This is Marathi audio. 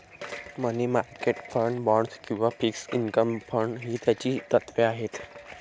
मनी मार्केट फंड, बाँड्स किंवा फिक्स्ड इन्कम फंड ही त्याची तत्त्वे आहेत